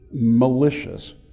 malicious